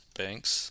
banks